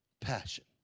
passion